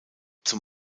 zum